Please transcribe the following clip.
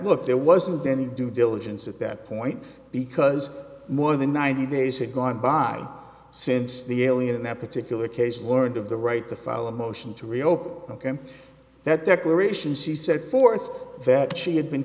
look there wasn't any due diligence at that point because more than ninety days are gone by since the alien that particular case learned of the right to file a motion to reopen that declaration she set forth that she had been